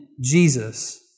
Jesus